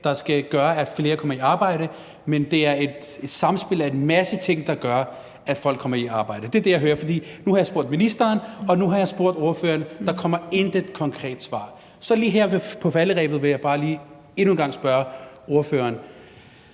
der skal gøre, at flere kommer i arbejde, men at det er et samspil mellem en masse ting, der gør, at folk kommer i arbejde. Det er det, jeg hører. For nu har jeg spurgt ministeren, og nu har jeg spurgt ordføreren; der kommer intet konkret svar. Og så lige på falderebet vil jeg endnu en gang spørge ordføreren